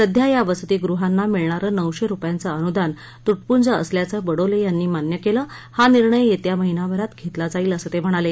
सध्या या वसतीगृहांना मिळणारं नऊशे रुपयांचं अनुदान तुटपुंज असल्याचं बडोले यांनी मान्य केलंहा निर्णय येत्या महिनाभरात घेतला जाईलअसं ते म्हणाले